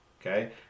Okay